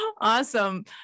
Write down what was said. Awesome